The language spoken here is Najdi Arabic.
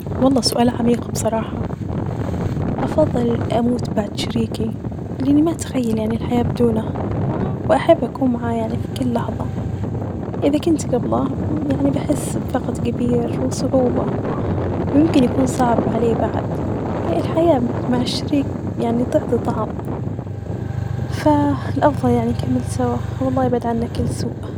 والله سؤال عميق بصراحة أفظل أموت بعد شريكي، لاني ما أتخيل يعني الحياة بدونه ،وأحب أكون معاه يعني ف كل لحظة إذا كنت قبله يعني بحس بظغط كبير وصعوبة ،يمكن يكون صعب عليه بعد، الحياة مع شريك يعني تعطي طعم ف -الافظل يعني نكمل سوا والله يبعد عنه كل سوء.